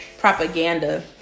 propaganda